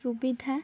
ସୁବିଧା